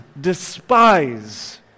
despise